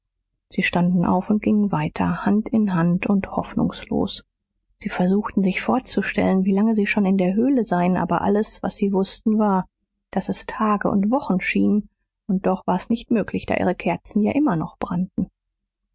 sie standen auf und gingen weiter hand in hand und hoffnungslos sie versuchten sich vorzustellen wie lange sie schon in der höhle seien aber alles was sie wußten war daß es tage und wochen schienen und doch war's nicht möglich da ihre kerzen ja immer noch brannten